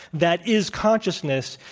that is consciousness,